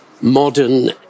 modern